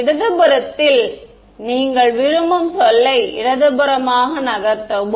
இடது புறத்தில் நீங்கள் விரும்பும் சொல்லை இடதுபுறமாக நகர்த்தவும்